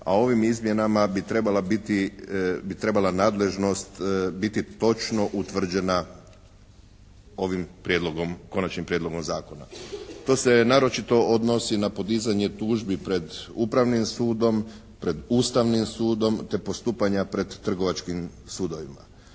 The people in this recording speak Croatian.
a ovim izmjenama bi trebala nadležnost biti točno utvrđena ovim konačnim prijedlogom zakona. To se naročito odnosi na podizanje tužbi pred upravnim sudom, pred Ustavnim sudom te postupanja pred trgovačkim sudovima.